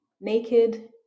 naked